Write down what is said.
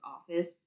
office